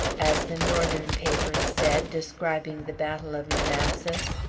as the northern papers said, describing the battle of manassas.